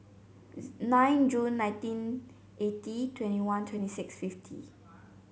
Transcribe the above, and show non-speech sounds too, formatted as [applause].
[unintelligible] nine Jun nineteen eighty twenty one twenty six fifty